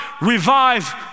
revive